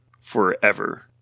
forever